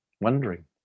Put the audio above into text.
wondering